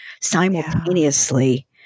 simultaneously